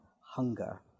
hunger